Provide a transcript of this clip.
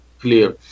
clear